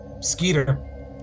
Skeeter